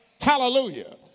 Hallelujah